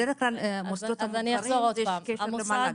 בדרך כלל למוסדות המוכרים יש קשר למל"ג.